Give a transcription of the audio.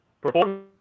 perform